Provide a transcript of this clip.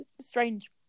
strange